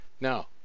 Now